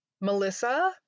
Melissa